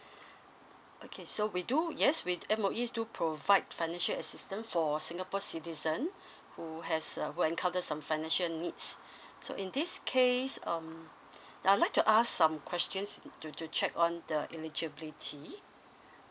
okay so we do yes we M_O_E do provide financial assistance for singapore citizen who has uh when encounter some financial needs so in this case um I would like to ask some questions you to to check on the eligibility